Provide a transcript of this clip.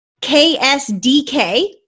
KSDK